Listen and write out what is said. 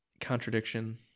contradiction